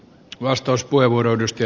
arvoisa puhemies